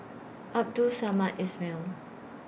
Abdul Samad Ismail